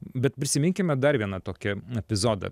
bet prisiminkime dar vieną tokį epizodą